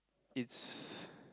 it's